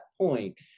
point